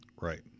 Right